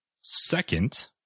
second